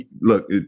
Look